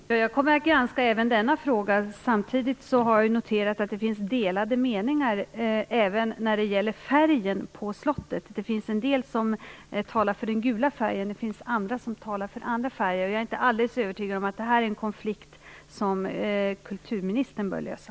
Herr talman! Jag kommer att granska även denna fråga. Samtidigt har jag noterat att det finns delade meningar även när det gäller färgen på Slottet. Det finns en del som talar för den gula färgen och andra som talar för andra färger, och jag är inte alldeles övertygad om att detta är en konflikt som kulturministern bör lösa.